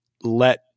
let